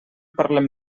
parlem